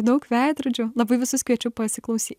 daug veidrodžių labai visus kviečiu pasiklausyt